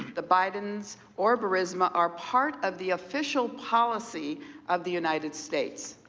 the bidens, or melisma, are part of the official policy of the united states?